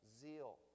zeal